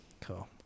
Cool